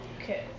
Okay